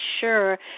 sure